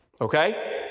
okay